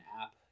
app